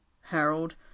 Harold